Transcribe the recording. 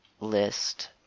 list